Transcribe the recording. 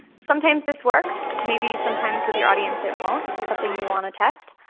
sometimes this works, maybe sometimes with your audience it won't. something you'll want to test,